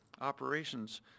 operations